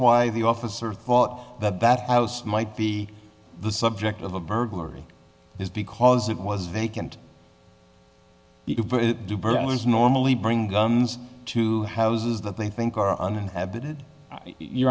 why the officer thought that that house might be the subject of a burglary is because it was vacant you put it do burglars normally bring guns to houses that they think are uninhabited you